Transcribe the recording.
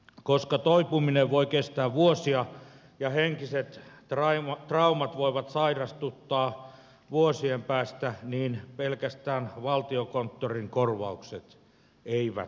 koska toipuminen voi kestää vuosia ja henkiset traumat voivat sairastuttaa vuosien päästä niin pelkästään valtiokonttorin korvaukset eivät riitä